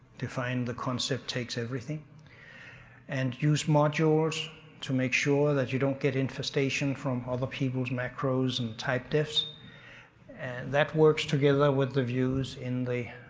define the concept takes everything and use modules to make sure that you don't get infestation from other people's macros and type defs and that works together with the views in the.